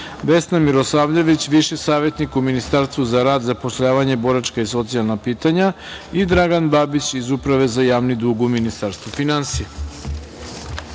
Vesna Mirosavljević, bivši savetnik u Ministarstvu za rad, zapošljavanje, boračka i socijalna pitanja i Dragan Babić iz Uprave za javne dug u Ministarstvu finansija. Molim